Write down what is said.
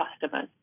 customers